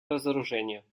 разоружению